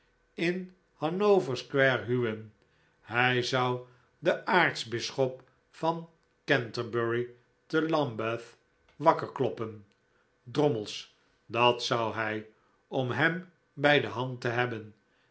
in hannover square huwen hij zou den aartsbisschop van canterbury te lambeth wakker kloppen drommels dat zou hij om hem bij de hand te hebben